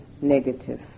negative